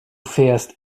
fährst